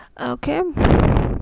Okay